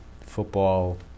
football